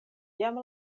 jam